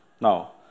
Now